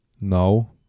No